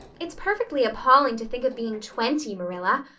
it's perfectly appalling to think of being twenty, marilla.